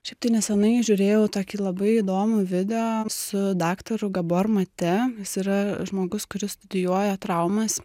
šiaip tai neseniai žiūrėjau tokį labai įdomų video su daktaru gabor mate jis yra žmogus kuris studijuoja traumas